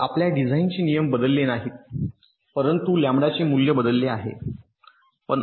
तर आपल्या डिझाइनचे नियम बदलले नाहीत परंतु लॅंबडाचे मूल्य बदलले आहे